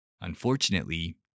Unfortunately